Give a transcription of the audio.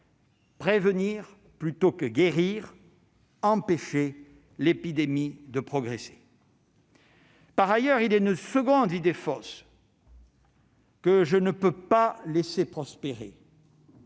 prévenir plutôt que guérir, empêcher l'épidémie de progresser. Par ailleurs, il est une seconde idée fausse que je ne peux pas laisser prospérer